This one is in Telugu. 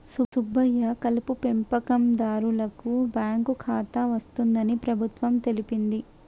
సుబ్బయ్య కలుపు పెంపకందారులకు బాంకు ఖాతా వస్తుందని ప్రభుత్వం తెలిపింది